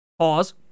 pause